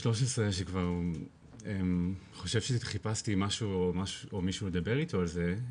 13 שכבר חושב שעוד חיפשתי משהו או מישהו לדבר איתו על זה,